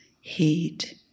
heat